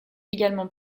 également